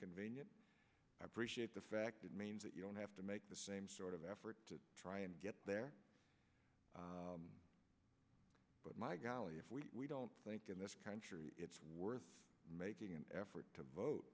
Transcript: convenient i appreciate the fact remains that you don't have to make the same sort of effort to try and get there but my golly if we don't think in this country it's worth making an effort to vote